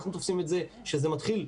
אנחנו תופסים את זה כשזה מתחיל,